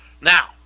now